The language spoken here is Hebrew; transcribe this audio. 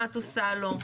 מה את עושה לו?